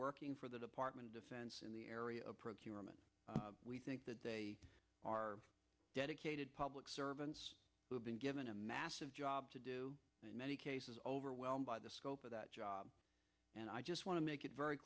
working for the department of defense in the area of procurement we think that they are dedicated public servants who have been given a massive job to do in many cases overwhelmed by the scope of that job and i just want to make it very